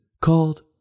called